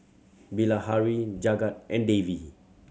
Bilahari Jagat and Devi